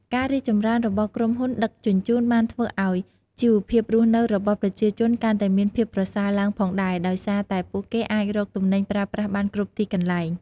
ការរីកចម្រើនរបស់ក្រុមហ៊ុនដឹកជញ្ជូនបានធ្វើឱ្យជីវភាពរស់នៅរបស់ប្រជាជនកាន់តែមានភាពប្រសើរឡើងផងដែរ ដោយសារតែពួកគេអាចរកទំនិញប្រើប្រាស់បានគ្រប់ទីកន្លែង។